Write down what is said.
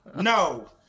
No